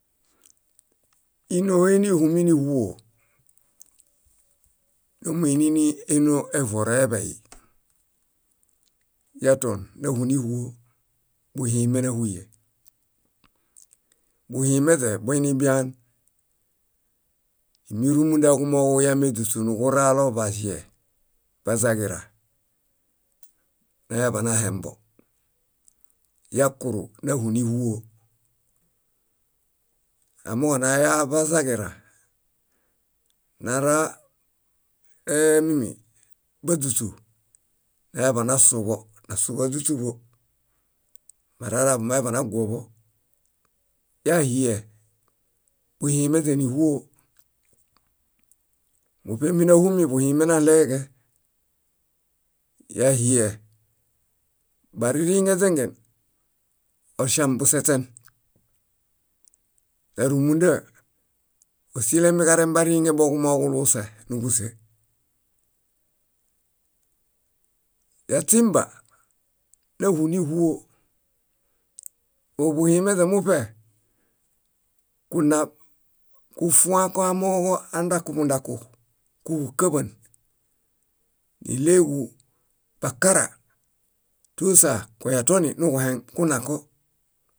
. Ínohe níhuminiĥuo, numuinini énoo ee vuoroeḃey: yatuon náhuniĥuo buhime náhuye. Buhimeźe boinibian? Timi rúmunda kumooġo kuyami éźuśu niġuralo baĵie, bazaġira mañaḃanahembo. Yakuru náhuniĥuo, amooġo narabazaġira, nara báźuśu nañaḃanasuḃo, nasu báźuśuḃo, baraḃo mañaḃanaguoḃo. Yahie, buhimeźe níĥuo. Muṗe múnahumi buhimenaɭeġe. Yahie, baririŋeźengen, oŝaŋ baseśen. Nárumunda, ósilemiġareŋ bariŋe boġumooġo kuluuse. Yaśimba, náhuniĥuo. Óo buhimeźe muṗe kunab kufuã koamooġo andakuḃundaku, kúġukaḃan níɭeġu bakara tusa koyatuoni nuġuhẽko